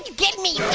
get me,